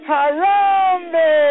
Harambe